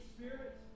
Spirit